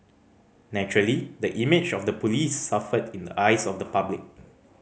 naturally the image of the police suffered in the eyes of the public